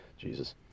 jesus